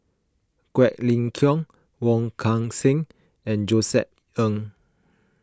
Quek Ling Kiong Wong Kan Seng and Josef Ng